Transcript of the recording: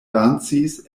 dancis